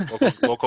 Local